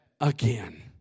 again